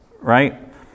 right